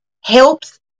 helps